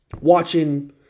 watching –